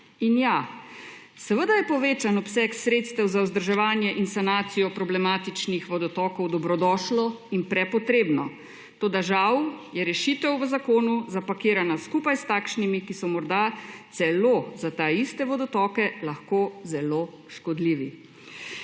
In ja, seveda je povečan obseg sredstev za vzdrževanje in sanacijo problematičnih vodotokov dobrodošel in prepotreben, toda žal je rešitev v zakonu zapakiran skupaj s takšnimi, ki so morda celo za ta iste vodotoke lahko zelo škodljivi.